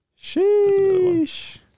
Sheesh